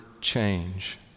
change